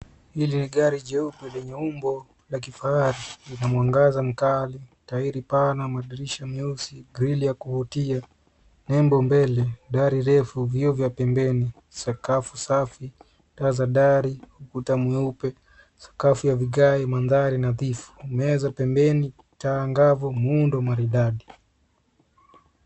Hili ni gari jeupe lenye umbo la kifahari. Lina mwangaza mkali, tairi pana, madirisha meusi, grili ya kuvutia, nembo mbele, dari refu, vioo vya pembeni, sakafu safi , taa za dari, ukuta mweupe, sakafu ya vigae, mandhari nadhifu, meza pembeni, taa angavu, muundo maridadi.